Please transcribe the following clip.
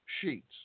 sheets